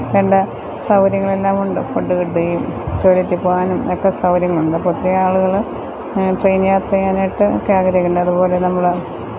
വേണ്ട സൗകര്യങ്ങളെല്ലാം ഉണ്ട് ഫുഡ് കിട്ടുകയും ടോയ്ലറ്റില് പോകാനും ഒക്കെ സൗകര്യങ്ങളുണ്ട് അപ്പം ഒത്തിരിയാളുകൾ ട്രെയിന് യാത്ര ചെയ്യാനായിട്ട് ഒക്കെ ആഗ്രഹം അതുപോലെ നമ്മൾ